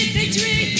victory